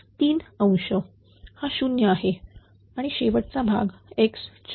हा 0 आहे आणि शेवटचा भाग x4